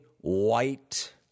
white